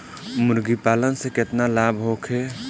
मुर्गीपालन से केतना लाभ होखे?